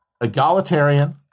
egalitarian